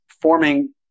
forming